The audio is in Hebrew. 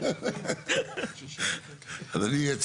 אבל מה שאני כן רוצה להתחבר